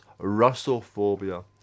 Russophobia